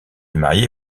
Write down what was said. mariée